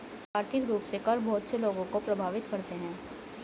आर्थिक रूप से कर बहुत से लोगों को प्राभावित करते हैं